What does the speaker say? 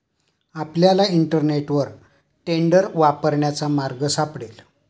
आपल्याला इंटरनेटवर टेंडर वापरण्याचा मार्ग सापडेल